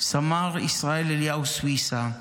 סמ"ר ישראל אליהו סוויסה,